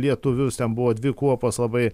lietuvius ten buvo dvi kuopos labai